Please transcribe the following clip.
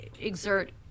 exert